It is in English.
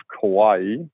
Kauai